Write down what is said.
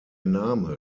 name